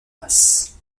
masse